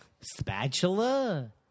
spatula